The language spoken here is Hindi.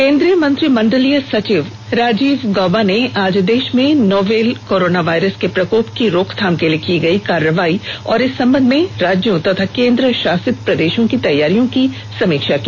केन्द्रीय मंत्रिमंडलीय सचिव राजीव गौबा ने आज देश में नोवेल कॉरोना वायरस के प्रकोप की रोकथाम के लिए की गयी कार्रवाई और इस संबंध में राज्यों तथा केन्द्र शासित प्रदेशों की तैयारियों की समीक्षा की